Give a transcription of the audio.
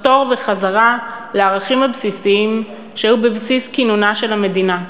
לחתור בחזרה לערכים הבסיסיים שהיו בבסיס כינונה של המדינה,